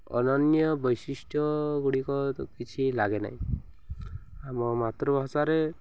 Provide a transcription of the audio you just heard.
ଅନନ୍ୟ ବୈଶିଷ୍ଟ୍ୟ ଗୁଡ଼ିକ କିଛି ଲାଗେ ନାହିଁ ଆମ ମାତୃଭାଷାରେ